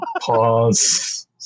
pause